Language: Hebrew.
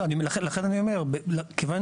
לכן אני אומר, כיוון